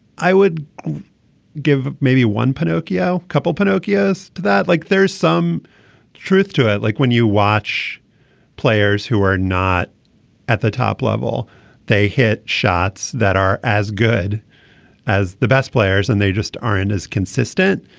i would give maybe one pinocchio couple pinocchio's to that like there's some truth to it. like when you watch players who are not at the top level they hit shots that are as good as the best players and they just aren't as consistent.